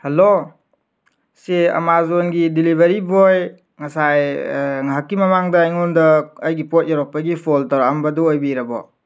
hello ꯁꯤ ꯑꯃꯥꯖꯣꯟꯒꯤ delivery boy ꯉꯁꯥꯏ ꯉꯥꯏꯍꯥꯛꯀꯤ ꯃꯃꯥꯡꯗ ꯑꯩꯉꯣꯟꯗ ꯑꯩꯒꯤ ꯄꯣꯠ ꯌꯧꯔꯛꯄꯥꯒꯤ ꯐꯣꯜ ꯇꯧꯔꯀꯑꯝꯕꯗꯨ ꯑꯣꯏꯕꯤꯔꯕꯣ